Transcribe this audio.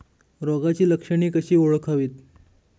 रोगाची लक्षणे कशी ओळखावीत?